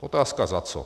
Otázka za co.